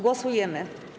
Głosujemy.